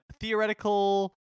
theoretical